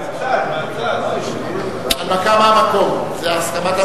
עד עכשיו כולם הבינו שזו ועדת הכספים.